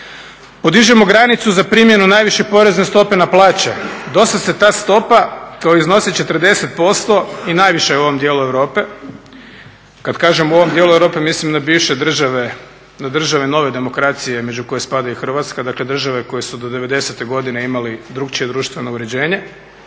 Podižemo granicu za primjenu najviše porezne stope na plaće. Do sad se ta stopa koja iznosi 40% i najviša je u ovom dijelu Europe, kad kažem u ovom dijelu Europe mislim na bivše države, na države nove demokracije među koje spada i Hrvatska, dakle države koje su do '90. godine imale drugačije društveno uređenje